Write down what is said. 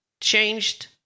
changed